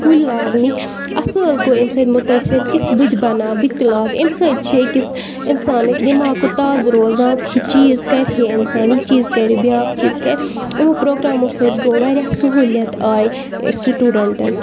کُلۍ لاگنٕکۍ اَصٕل گوٚو ایٚم سۭتۍ مُتٲثِر کہِ بہٕ تہِ بَناو بہٕ تہِ لاگ ایٚم سۭتۍ چھِ أکِس اِنسانَس دِماغہٕ تازٕ روزان کہِ چیٖز کَرِہے اِنسان یہِ چیٖز کَرِ بیٛاکھ چیٖز کَرِ أمو پرٛوگرامو سۭتۍ گوٚو واریاہ سہوٗلیٹ آے سٹوٗڈَنٛٹَن